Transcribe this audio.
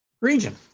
region